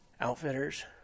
outfitters